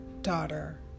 daughter